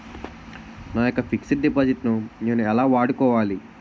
నా యెక్క fixed deposit ను నేను ఎలా వాడుకోవాలి?